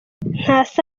ntasa